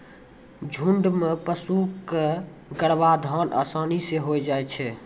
झुंड म पशु क गर्भाधान आसानी सें होय छै